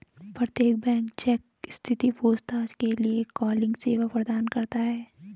प्रत्येक bank cheque स्थिति पूछताछ के लिए कॉलिंग सेवा प्रदान करता हैं